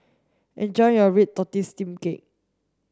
enjoy your red tortoise steamed cake